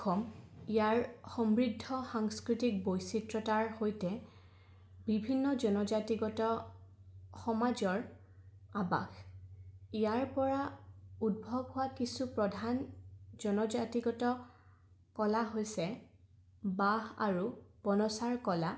ইয়াৰ সমৃদ্ধ সাংস্কৃতিক বৈচিত্ৰ্যতাৰ সৈতে বিভিন্ন জনজাতিগত সমাজৰ আৱাস ইয়াৰ পৰা উদ্ভৱ হোৱা কিছু প্ৰধান জনজাতিগত কলা হৈছে বাঁহ আৰু কলা